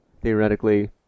theoretically